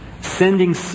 sending